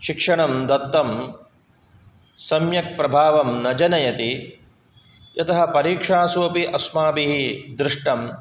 शिक्षणं दत्तं सम्यक् प्रभावं न जनयति यतः परिक्षासु अपि अस्माभिः दृष्टं